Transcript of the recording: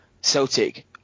Celtic